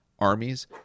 Armies